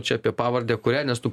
čia apie pavardę kurią nes tu